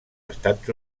estats